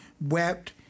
wept